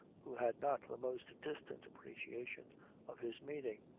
who had not the most distant appreciation of his meaning.